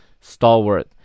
stalwart